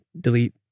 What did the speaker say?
delete